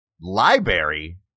Library